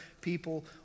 people